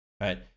right